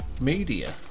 media